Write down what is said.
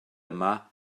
yma